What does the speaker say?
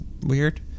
weird